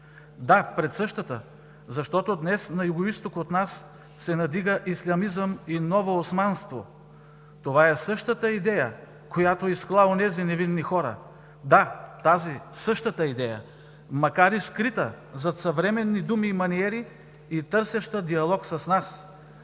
Да, пред същата! Защото днес на югоизток от нас се надига ислямизъм и ново османство. Това е същата идея, която изкла онези невинни хора! Да, тази същата идея, макар и скрита зад съвременни думи и маниери и търсеща диалог с нас,